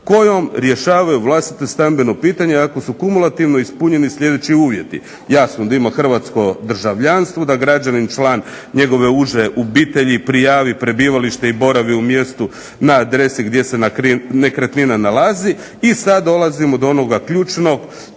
kojom rješavaju vlastito stambeno pitanje ako su kumulativno ispunjeni sljedeći uvjeti" jasno da ima hrvatsko državljanstvo, da građanin član njegove uže obitelji prijavi prebivalište i boravi u mjestu na adresi gdje se nekretnina nalazi. I sad dolazimo do onoga ključnog,